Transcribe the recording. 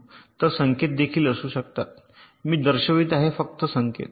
इतर संकेत देखील असू शकतात मी दर्शवित आहे फक्त एक संकेत